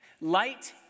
Light